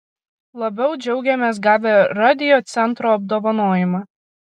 labiau džiaugėmės gavę radiocentro apdovanojimą